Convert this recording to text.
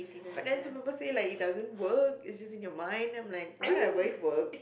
but then some people say like it doesn't work it's just in your mind then I'm like what I'm like to work